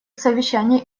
совещаний